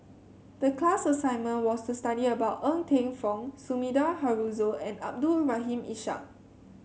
the class assignment was to study about Ng Teng Fong Sumida Haruzo and Abdul Rahim Ishak